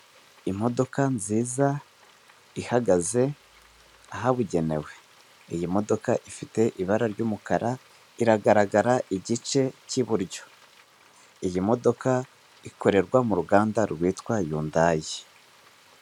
Imodoka nziza ihagaze ahabugenewe iyi modoka ifite ibara ry'umukara iragaragara igice cy'iburyo. Iyi modoka ikorerwa mu ruganda rwitwa Yundayi.